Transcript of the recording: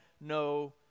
no